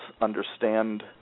understand